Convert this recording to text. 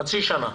חצי שנה.